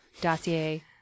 dossier